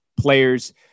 players